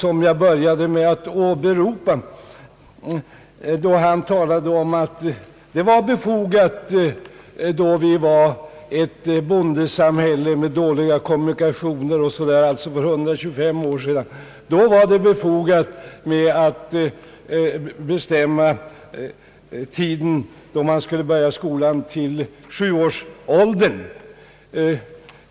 I publikationen talar han om att det för 125 år sedan, då vi i stort sett var ett bondesamhälle, var befogat med att bestämma att barn skulle börja skolan vid sju års ålder.